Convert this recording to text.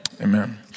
Amen